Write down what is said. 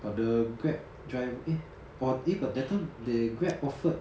but the Grab driver eh orh eh but that time the Grab offered